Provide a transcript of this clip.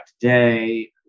today